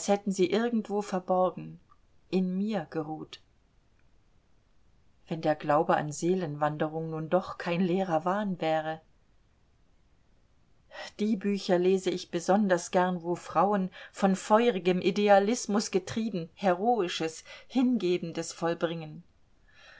hätten sie irgendwo verborgen in mir geruht wenn der glaube an seelenwanderung nun doch kein leerer wahn wäre die bücher lese ich besonders gern wo frauen von feurigem idealismus getrieben heroisches hingebendes vollbringen